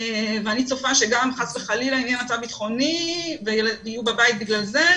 ואני צופה שגם חס וחלילה אם יהיה מצב ביטחוני ויהיו בבית בגלל זה,